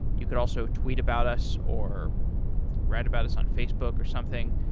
you could also tweet about us or write about us on facebook or something.